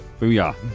Booyah